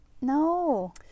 no